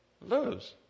lose